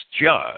judge